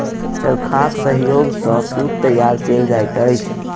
चरखाक सहयोग सॅ सूत तैयार कयल जाइत अछि